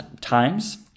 times